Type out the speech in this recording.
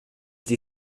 sie